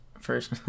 first